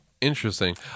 Interesting